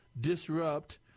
disrupt